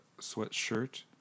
sweatshirt